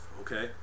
okay